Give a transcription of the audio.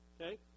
okay